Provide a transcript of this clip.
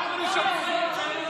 את רוצה לשמוע או שאת סתם צועקת?